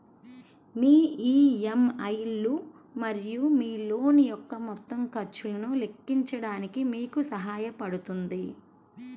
మీ EMI లు మరియు మీ లోన్ యొక్క మొత్తం ఖర్చును లెక్కించడానికి మీకు సహాయపడుతుంది